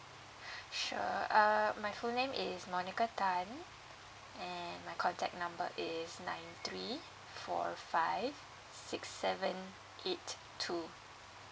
sure uh my full name is monica tan and my contact number is nine three four five six seven eight two